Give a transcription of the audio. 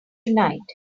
tonight